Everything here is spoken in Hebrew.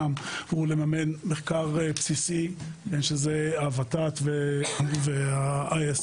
לתפקידו הוא משמש כשר של כל אזרחי ישראל באשר הם והוא דואג